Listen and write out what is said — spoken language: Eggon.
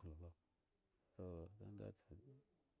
ka.